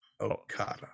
Okada